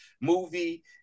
movie